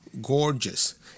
gorgeous